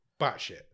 batshit